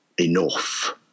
Enough